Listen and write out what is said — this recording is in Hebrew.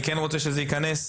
אני כן רוצה שזה ייכנס,